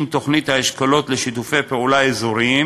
תוכנית האשכולות לשיתופי פעולה אזוריים,